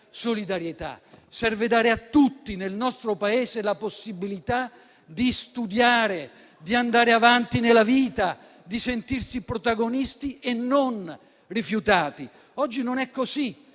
solidarietà. Serve dare a tutti nel nostro Paese la possibilità di studiare, di andare avanti nella vita e di sentirsi protagonisti e non rifiutati. Oggi non è così,